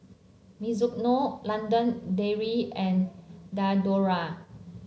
Mizuno London Dairy and Diadora